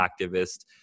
activist